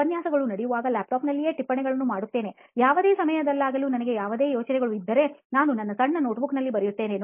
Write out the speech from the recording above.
ಉಪನ್ಯಾಸಗಳು ನಡೆಯುವಾಗ laptop ನಲ್ಲಿಯೇ ಟಿಪ್ಪಣಿಗಳನ್ನು ಮಾಡುತ್ತೇನೆ ಯಾವುದೇ ಸಮಯದಲ್ಲಾದರೂ ನನಗೆ ಯಾವುದೇ ಆಲೋಚನೆಗಳು ಇದ್ದಲ್ಲಿ ನಾನು ನನ್ನ ಸಣ್ಣ notepad ನಲ್ಲಿ ಬರೆಯುತ್ತೇನೆ